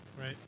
Right